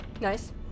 Nice